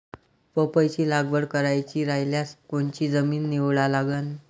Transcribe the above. पपईची लागवड करायची रायल्यास कोनची जमीन निवडा लागन?